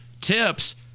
tips